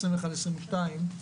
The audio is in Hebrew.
2021-2022,